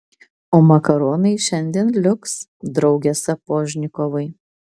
o makaronai šiandien liuks drauge sapožnikovai